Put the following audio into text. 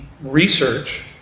research